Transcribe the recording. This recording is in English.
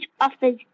offers